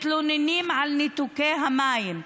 מתלוננים על ניתוקי המים.